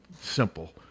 simple